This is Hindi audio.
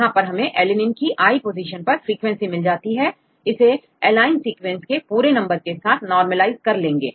यहां पर हमें alanine की i पोजीशन पर फ्रीक्वेंसी मिल जाएगी इसे एलाइन सीक्वेंस के पूरे नंबर के साथ normalize कर लेंगे